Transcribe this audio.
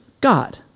God